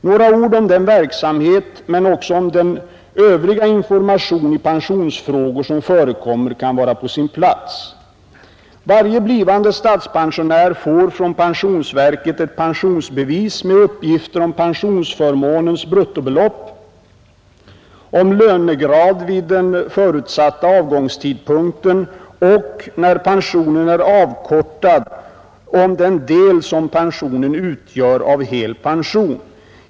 Några ord om den verksamheten men också om den övriga information i pensionsfrågor som förekommer kan vara på sin plats. Varje blivande statspensionär får från pensionsverket ett pensionsbevis med uppgift om pensionsförmånens bruttobelopp, om lönegrad vid den förutsatta avgångstidpunkten och, när pensionen är avkortad, om den del som pensionen utgör av hel pension.